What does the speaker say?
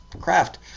craft